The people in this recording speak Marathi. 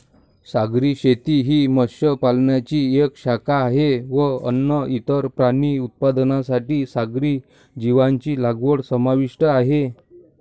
सागरी शेती ही मत्स्य पालनाची एक शाखा आहे व अन्न, इतर प्राणी उत्पादनांसाठी सागरी जीवांची लागवड समाविष्ट आहे